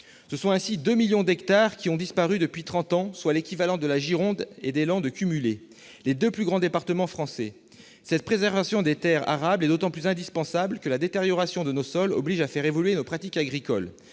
Ce sont ainsi deux millions d'hectares qui ont disparu depuis trente ans, soit l'équivalent de la Gironde et des Landes cumulées, les deux plus grands départements français. Cette préservation des terres arables est d'autant plus indispensable que la détérioration de nos sols oblige à faire évoluer nos pratiques agricoles-